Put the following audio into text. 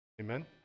Amen